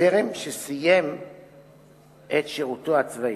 טרם שסיים את שירותו הצבאי.